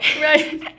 Right